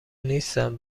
نیستن